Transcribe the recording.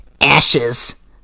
ashes